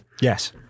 Yes